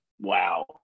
Wow